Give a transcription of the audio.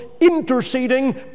interceding